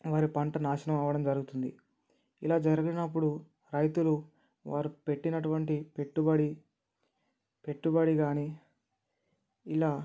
వారి పంట నాశనం అవ్వడం జరుగుతుంది ఇలా జరిగినప్పుడు రైతులు వారు పెట్టినటువంటి పెట్టుబడి పెట్టుబడి గానీ ఇలా